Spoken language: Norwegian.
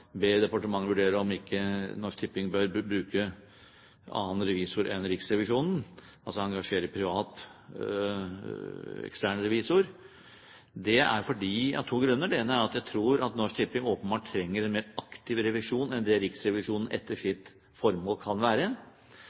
ber departementet om å vurdere om ikke Norsk Tipping bør bruke annen revisor enn Riksrevisjonen, altså engasjere privat, ekstern revisor. Det er av to grunner – det ene er fordi jeg tror at Norsk Tipping åpenbart trenger en mer aktiv revisjon enn det Riksrevisjonen etter sitt formål kan være.